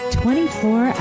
24